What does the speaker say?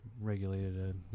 regulated